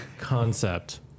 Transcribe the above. concept